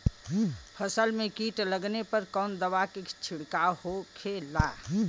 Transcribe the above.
फसल में कीट लगने पर कौन दवा के छिड़काव होखेला?